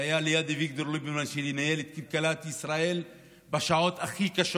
שהיה ליד אביגדור ליברמן שניהל את כלכלת ישראל בשעות הכי קשות